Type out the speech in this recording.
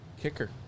kicker